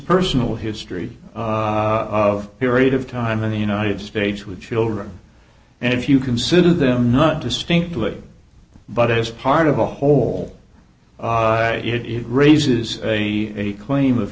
personal history of period of time in the united states with children and if you consider them not distinctly but as part of the whole it raises a claim of